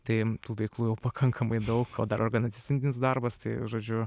tai veiklų jau pakankamai daug o dar organizacinis darbas tai žodžiu